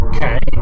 Okay